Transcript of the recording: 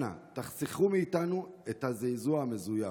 אנא, תחסכו מאיתנו את הזעזוע המזויף.